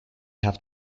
have